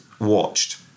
watched